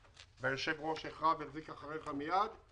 והיושב-ראש החרה החזיק אחריך מייד.